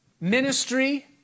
Ministry